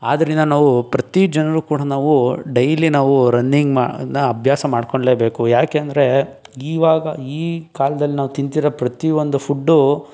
ಆದ್ದರಿಂದ ನಾವು ಪ್ರತಿ ಜನರು ಕೂಡ ನಾವು ಡೈಲಿ ನಾವು ರನ್ನಿಂಗ್ ಮಾ ಅನ್ನ ಅಭ್ಯಾಸ ಮಾಡ್ಕೊಳ್ಲೇಬೇಕು ಯಾಕೆ ಅಂದರೆ ಈವಾಗ ಈ ಕಾಲ್ದಲ್ಲಿ ನಾವು ತಿಂತಿರೋ ಪ್ರತಿಯೊಂದು ಫುಡ್ಡು